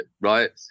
right